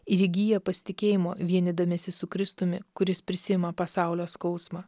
ir įgyja pasitikėjimo vienydamiesi su kristumi kuris prisiima pasaulio skausmą